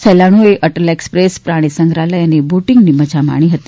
સહેલાણીઓએ Atal express પ્રાણી સંગ્રહાલય અને બોટીંગની મજા માણી હતી